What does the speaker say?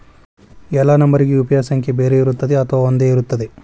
ಎಲ್ಲಾ ನಂಬರಿಗೂ ಯು.ಪಿ.ಐ ಸಂಖ್ಯೆ ಬೇರೆ ಇರುತ್ತದೆ ಅಥವಾ ಒಂದೇ ಇರುತ್ತದೆ?